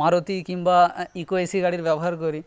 মারুতি কিংবা Eeco AC গাড়ির ব্যবহার করি